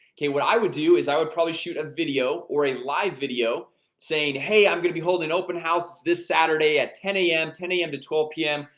okay? what i would do is i would probably shoot a video or a live video saying hey, i'm gonna be holding an open house it's this saturday at ten zero a m. ten a m. to twelve p m.